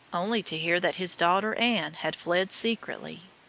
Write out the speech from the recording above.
only to hear that his daughter anne had fled secretly.